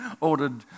ordered